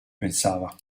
pensava